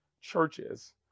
churches